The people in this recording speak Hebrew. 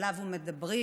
שעליו מדברים,